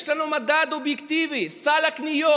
יש לנו מדד אובייקטיבי: סל הקניות.